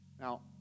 Now